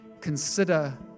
consider